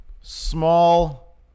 Small